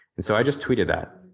and so i just tweeted that